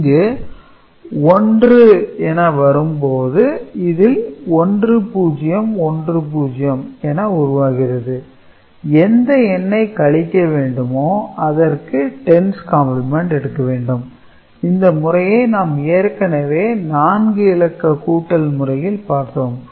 இங்கு 1 என வரும் போது இதில் 1010 என உருவாகிறது எந்த எண்ணை கழிக்க வேண்டுமோ அதற்கு 10's கம்பிளிமெண்ட் எடுக்க வேண்டும் இந்த முறையை நாம் ஏற்கனவே 4 இலக்கு கூட்டல் முறையில் பார்த்தோம்